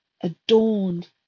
adorned